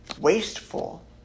wasteful